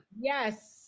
yes